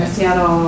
Seattle